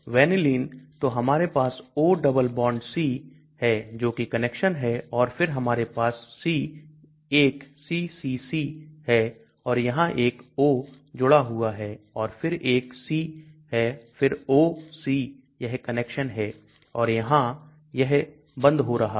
Vanillin तो हमारे पास O डबल बॉन्ड C है जो कि कनेक्शन है और फिर हमारे पास c1ccc है और यहां एक O जुड़ा हुआ है और फिर एक c है फिर O C यह कनेक्शन है और यह यहां बंद हो रहा है